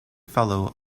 fellow